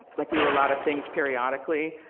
like we were a lot of things periodically.